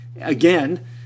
again